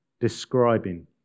describing